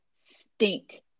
stink